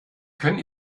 können